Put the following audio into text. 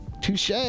Touche